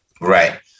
Right